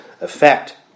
effect